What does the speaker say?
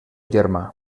germà